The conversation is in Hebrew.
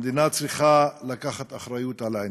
המדינה צריכה לקחת אחריות לעניין,